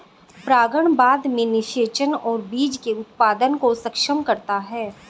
परागण बाद में निषेचन और बीज के उत्पादन को सक्षम करता है